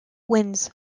wins